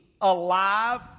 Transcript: alive